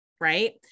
right